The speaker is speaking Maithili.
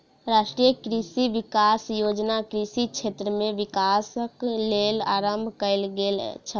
राष्ट्रीय कृषि विकास योजना कृषि क्षेत्र में विकासक लेल आरम्भ कयल गेल छल